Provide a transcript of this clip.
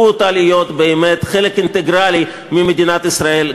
להיות באמת חלק אינטגרלי ממדינת ישראל,